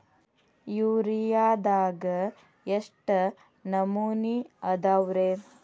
ಯೂರಿಯಾದಾಗ ಎಷ್ಟ ನಮೂನಿ ಅದಾವ್ರೇ?